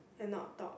and not talk